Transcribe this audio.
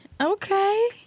Okay